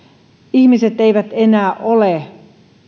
ihmiset eivät enää ole